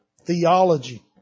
Theology